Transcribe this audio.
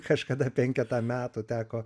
kažkada penketą metų teko